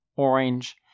orange